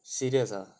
serious ah